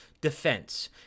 defense